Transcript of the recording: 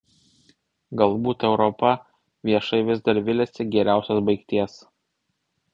galbūt europa viešai vis dar viliasi geriausios baigties